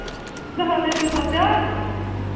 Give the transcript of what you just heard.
زٕ ہَتھ ہے چھُ گژھان زیادٕ